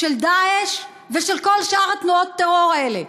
של "דאעש" ושל כל שאר תנועות הטרור האלה.